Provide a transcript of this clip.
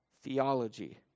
theology